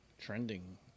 trending –